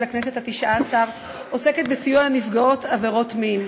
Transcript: הכנסת התשע-עשרה עוסקת בסיוע לנפגעות עבירות מין.